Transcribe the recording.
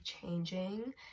changing